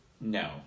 No